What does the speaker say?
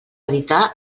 editar